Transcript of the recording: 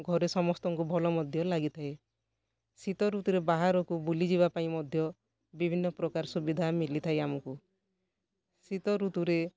ଘରେ ସମସ୍ତଙ୍କୁ ଭଲ ମଧ୍ୟ ଲାଗିଥାଏ ଶୀତ ଋତୁରେ ବାହାରକୁ ବୁଲି ଯିବାପାଇଁ ମଧ୍ୟ ବିଭିନ୍ନ ପ୍ରକାର ସୁବିଧା ମିଳିଥାଏ ଆମକୁ ଶୀତ ଋତୁରେ